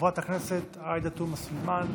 חברת הכנסת עאידה תומא סלימאן,